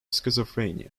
schizophrenia